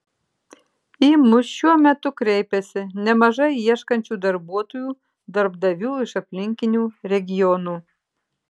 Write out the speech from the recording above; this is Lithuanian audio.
į mus šiuo metu kreipiasi nemažai ieškančių darbuotojų darbdavių iš aplinkinių regionų